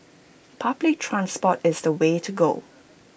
public transport is the way to go